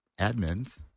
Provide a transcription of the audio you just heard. admins